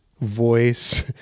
voice